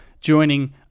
joining